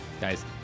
Guys